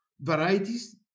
varieties